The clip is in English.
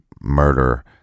murder